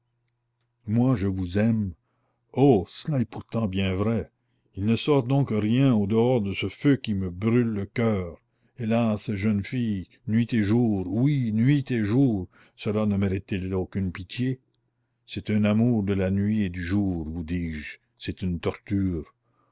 moi je vous aime oh cela est pourtant bien vrai il ne sort donc rien au dehors de ce feu qui me brûle le coeur hélas jeune fille nuit et jour oui nuit et jour cela ne mérite t il aucune pitié c'est un amour de la nuit et du jour vous dis-je c'est une torture